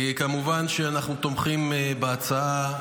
כמובן שאנחנו תומכים בהצעה.